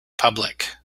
public